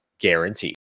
guaranteed